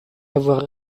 avoir